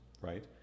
right